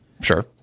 Sure